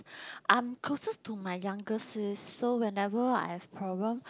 I'm closest to my younger sis so whenever I have problem